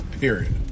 Period